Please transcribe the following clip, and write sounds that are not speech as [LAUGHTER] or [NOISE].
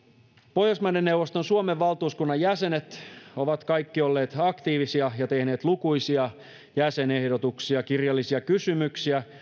pohjoismaiden neuvoston suomen valtuuskunnan jäsenet ovat kaikki olleet aktiivisia ja tehneet lukuisia jäsenehdotuksia ja kirjallisia kysymyksiä [UNINTELLIGIBLE]